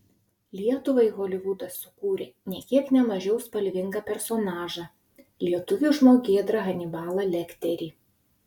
lietuvai holivudas sukūrė nė kiek ne mažiau spalvingą personažą lietuvį žmogėdrą hanibalą lekterį